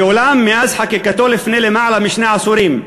ואולם, מאז חקיקתו לפני למעלה משני עשורים,